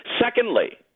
secondly